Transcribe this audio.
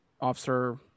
Officer